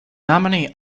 nominee